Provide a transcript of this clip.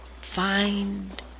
find